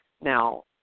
Now